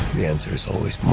the answer is always